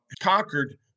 conquered